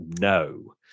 No